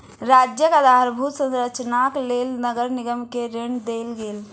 राज्यक आधारभूत संरचनाक लेल नगर निगम के ऋण देल गेल